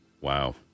Wow